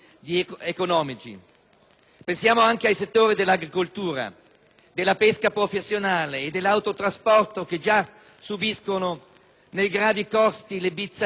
Pensiamo ai settori dell'agricoltura, della pesca professionale e dell'autotrasporto, che già subiscono, nei gravi costi, le bizzarrie del petrolio